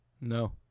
No